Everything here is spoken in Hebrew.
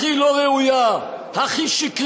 הכי לא ראויה, הכי שקרית,